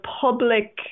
public